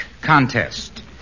contest